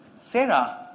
Sarah